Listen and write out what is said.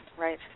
right